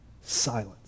silence